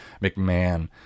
McMahon